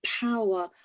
power